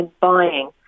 buying